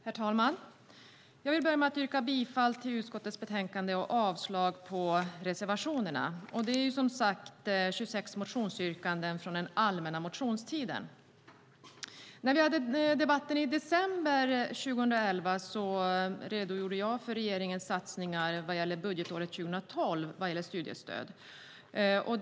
Herr talman! Jag vill börja med att yrka bifall till utskottets förslag och avslag på reservationerna. Det är 26 motionsyrkanden från den allmänna motionstiden. När vi hade debatten i december 2011 redogjorde jag för regeringens satsningar på studiestöd vad gäller budgetåret 2012.